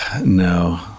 No